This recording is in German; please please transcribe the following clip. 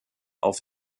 auf